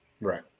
Right